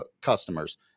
customers